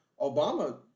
Obama